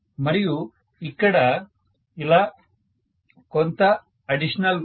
మరియు అక్కడ ఇలా కొంత అడిషనల్ ఉంది